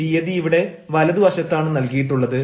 തീയതി ഇവിടെ വലതു വശത്താണ് നൽകിയിട്ടുള്ളത്